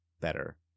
better